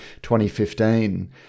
2015